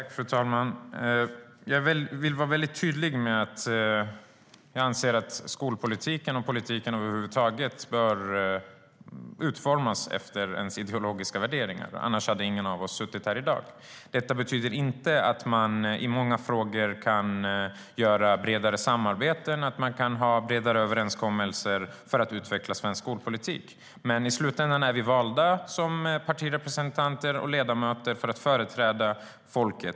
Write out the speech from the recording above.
Fru talman! Jag vill vara väldigt tydlig med att jag anser att skolpolitiken och politiken över huvud taget bör utformas efter ens ideologiska värderingar. Annars hade ingen av oss suttit här i dag. Detta betyder inte att man inte i många frågor kan göra bredare samarbeten och ha bredare överenskommelser för att utveckla svensk skolpolitik. Men i slutändan är vi valda som partirepresentanter och ledamöter för att företräda folket.